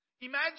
Imagine